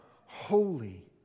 holy